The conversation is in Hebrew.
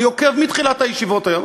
אני עוקב מתחילת הישיבות היום.